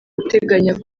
uteganya